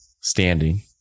standing